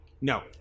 No